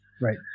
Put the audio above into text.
Right